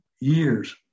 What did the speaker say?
years